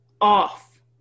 off